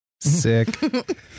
Sick